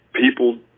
People